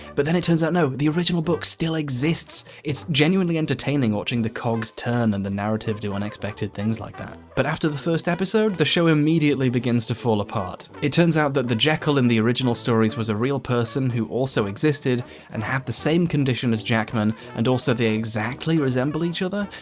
but then it turns out no the original book still exists it's genuinely entertaining watching the cogs turn and the narrative do unexpected things like that but after the first episode the show immediately begins to fall apart it turns out that the jekyll in the original stories was a real person who also existed and had the same condition as jackman and also they exactly resemble each other.